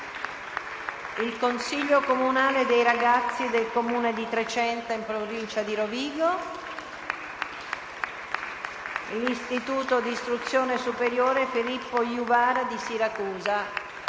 il Consiglio comunale dei ragazzi del Comune di Trecenta in provincia di Rovigo, gli studenti dell'Istituto di istruzione superiore «Filippo Juvara» di Siracusa